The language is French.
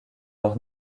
leur